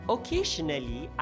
Occasionally